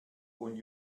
und